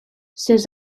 ces